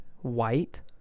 white